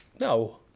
no